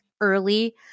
early –